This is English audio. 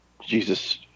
Jesus